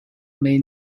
may